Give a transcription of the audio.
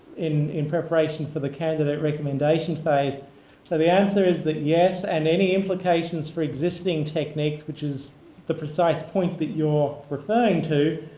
in in preparation for the candidate recommendation phase. but ah the answer is that yes, and any implications for existing techniques, which is the precise point that you're referring to,